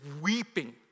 weeping